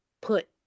put